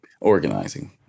organizing